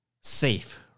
safe